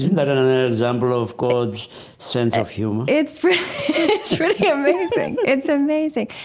that an ah example of god's sense of humor? it's it's really amazing. it's amazing.